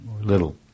little